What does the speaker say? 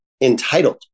entitled